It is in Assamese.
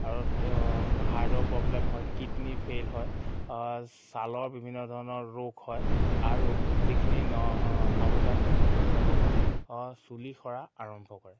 আৰু হাৰ্টৰ প্ৰব্লেম হয় কিডনী ফেইল হয় ছালৰ বিভিন্ন ধৰণৰ ৰোগ হয় আৰু যিখিনি নৱজাত শিশু থাকে তেওঁলোকৰ চুলি সৰা আৰম্ভ কৰে